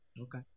Okay